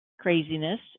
craziness